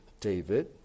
David